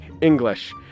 English